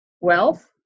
wealth